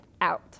out